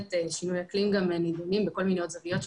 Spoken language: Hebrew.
במינהלת שינויי אקלים גם נידונים עוד זוויות של